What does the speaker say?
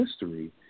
history